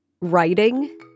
Writing